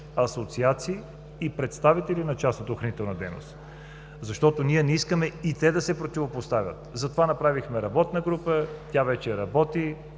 асоциации и представители на частната охранителна дейност, защото ние не искаме и те да се противопоставят, затова направихме работна група, тя вече работи.